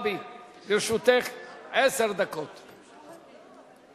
הצעת החוק הנוכחית,